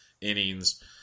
innings